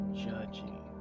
judging